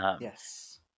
yes